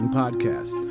podcast